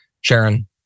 Sharon